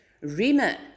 remit